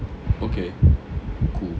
okay cool